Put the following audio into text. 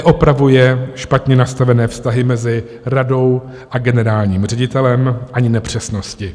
Neupravuje špatně nastavené vztahy mezi radou a generálním ředitelem ani nepřesnosti.